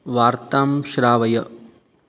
वार्तां श्रावय